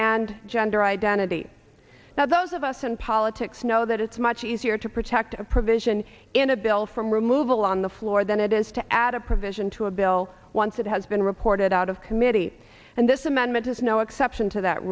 and gender identity now those of us in politics know that it's much easier to protect a provision in a bill from removal on the floor than it is to add a provision to a bill once it has been reported out of miti and this amendment is no exception to that